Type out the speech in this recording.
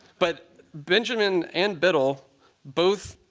but benjamin and biddle both